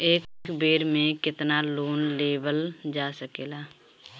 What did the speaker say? एक बेर में केतना लोन लेवल जा सकेला?